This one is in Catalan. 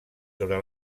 sobre